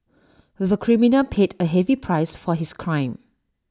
the criminal paid A heavy price for his crime